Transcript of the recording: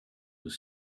was